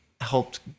helped